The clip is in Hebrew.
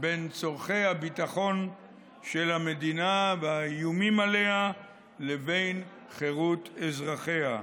בין צורכי הביטחון של המדינה והאיומים עליה לבין חירות אזרחיה.